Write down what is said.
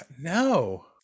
no